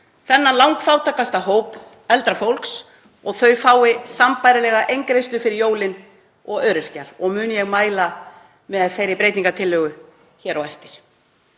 þennan langfátækasta hóp eldra fólks og að hann fái sambærilega eingreiðslu fyrir jólin og öryrkjar. Mun ég mæla fyrir þeirri breytingartillögu hér á eftir.